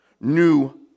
new